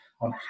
on